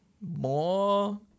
more